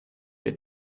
wir